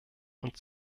und